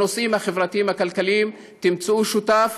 בנושאים החברתיים הכלכליים תמצאו שותף.